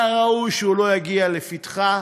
והיה ראוי שהוא לא יגיע לפתחה